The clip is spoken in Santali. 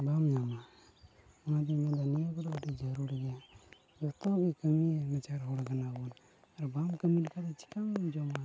ᱵᱟᱢ ᱧᱟᱢᱟ ᱚᱱᱟ ᱜᱮᱧ ᱢᱮᱱᱫᱟ ᱱᱤᱭᱟᱹ ᱠᱚᱫᱚ ᱟᱹᱰᱤ ᱡᱟᱹᱨᱩᱲ ᱜᱮᱭᱟ ᱡᱚᱛᱚᱣᱟᱜ ᱜᱮ ᱠᱟᱹᱢᱤ ᱱᱟᱪᱟᱨ ᱦᱚᱲ ᱠᱟᱱᱟ ᱵᱚᱱ ᱟᱨ ᱵᱟᱢ ᱠᱟᱹᱢᱤ ᱞᱮᱠᱷᱟᱱ ᱪᱤᱠᱟᱹᱢ ᱡᱚᱢᱟ